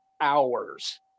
hours